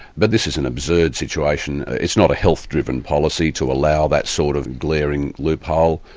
but this is an absurd situation, it's not a health-driven policy to allow that sort of glaring loophole,